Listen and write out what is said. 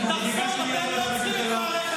ביקשתי מיו"ר ועדת הכלכלה,